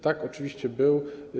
Tak, oczywiście był.